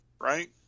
right